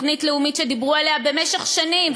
תוכנית לאומית שדיברו עליה במשך שנים,